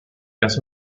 las